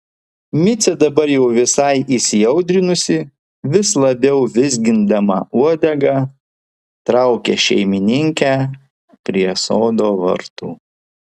micė dabar jau visai įsiaudrinusi vis labiau vizgindama uodegą traukia šeimininkę prie sodo vartų